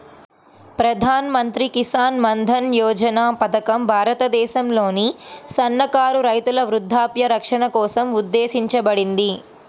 ప్రధాన్ మంత్రి కిసాన్ మన్ధన్ యోజన పథకం భారతదేశంలోని సన్నకారు రైతుల వృద్ధాప్య రక్షణ కోసం ఉద్దేశించబడింది